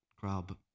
grab